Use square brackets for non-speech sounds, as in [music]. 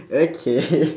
okay [laughs]